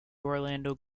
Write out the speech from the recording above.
orlando